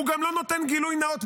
הוא גם לא נותן גילוי נאות,